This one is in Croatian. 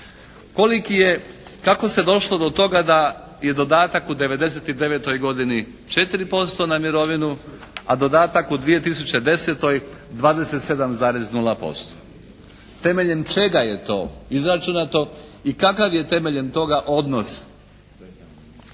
koliki je, kako se došlo do toga da je dodatak u 99. godini 4% na mirovinu, a dodatak u 2010. 27,0%. Temeljem čega je to izračunato i kakav je temeljem toga odnos